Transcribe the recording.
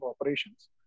operations